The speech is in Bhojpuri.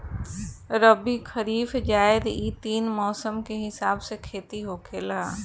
रबी, खरीफ, जायद इ तीन मौसम के हिसाब से खेती होखेला